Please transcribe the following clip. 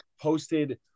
posted